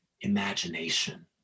imagination